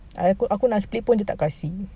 aku aku nak split pun dia tak kasi